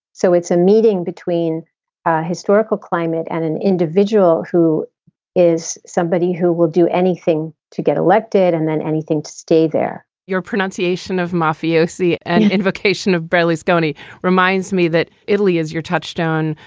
so it's a meeting between historical climate and an individual who is somebody who will do anything to get elected and then anything to stay there your pronunciation of mafiosi and invocation of berlusconi reminds me that italy is your touchstone.